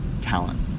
talent